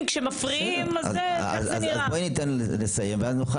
שימו לב איזה הליך דמוקרטי אנחנו מציעים כאן.